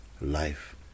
life